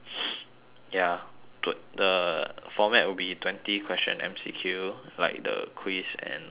ya but the format will be twenty question M_C_Q like the quiz and um